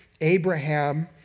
Abraham